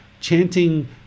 chanting